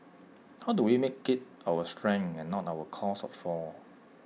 how do we make IT our strength and not our cause our fall